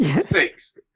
six